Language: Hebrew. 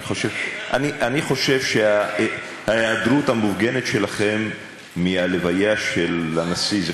אני חושב שההיעדרות המאורגנת שלכם מההלוויה של הנשיא פרס,